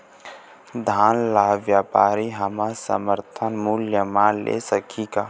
धान ला व्यापारी हमन समर्थन मूल्य म ले सकही का?